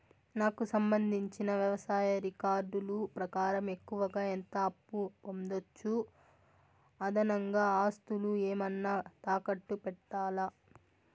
నాకు సంబంధించిన వ్యవసాయ రికార్డులు ప్రకారం ఎక్కువగా ఎంత అప్పు పొందొచ్చు, అదనంగా ఆస్తులు ఏమన్నా తాకట్టు పెట్టాలా?